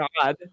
God